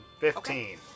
Fifteen